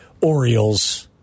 Orioles